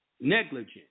Negligent